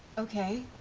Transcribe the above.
okay.